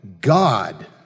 God